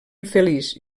infeliç